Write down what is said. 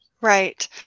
Right